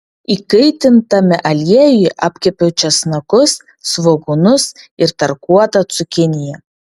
įkaitintame aliejuje apkepiau česnakus svogūnus ir tarkuotą cukiniją